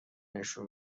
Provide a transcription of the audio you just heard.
نشون